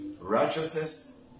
Righteousness